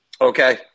Okay